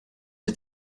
you